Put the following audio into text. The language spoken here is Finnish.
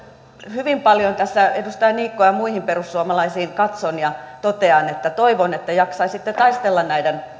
hyvin paljon tässä edustaja niikkoon ja muihin perussuomalaisiin katson ja totean että toivon että jaksaisitte taistella näiden